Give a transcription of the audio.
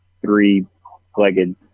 three-legged